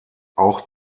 auch